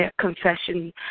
confession